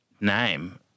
name